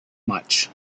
much